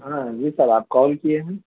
ہاں جی سر آپ کال کیے ہیں